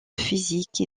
physique